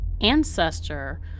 ancestor